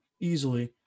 Easily